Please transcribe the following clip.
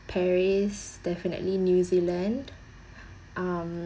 paris definitely new zealand um